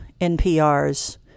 NPR's